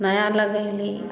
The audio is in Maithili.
नया लगैली